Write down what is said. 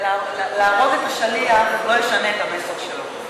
להרוג את השליח, זה לא ישנה את המסר שלו.